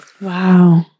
Wow